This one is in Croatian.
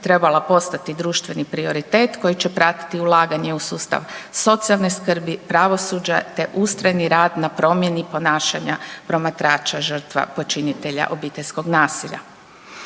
trebala postati društveni prioritet koji će pratiti ulaganje u sustav socijalne skrbi, pravosuđe te ustrajni rad na promjeni ponašanja promatrača žrtva počinitelja obiteljskog nasilja.